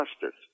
justice